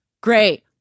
great